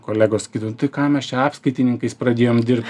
kolegos kiti nu tai ką mes čia apskaitininkais pradėjom dirbt